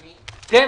אדוני -- כן,